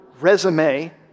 resume